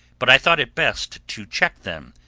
but i thought it best to check them,